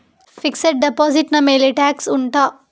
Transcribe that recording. fixed deposit ನ ಮೇಲೆ tax ಉಂಟಾ